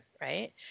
right